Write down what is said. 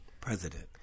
president